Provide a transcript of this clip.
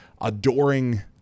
adoring